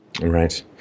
Right